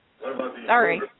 Sorry